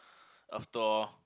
after all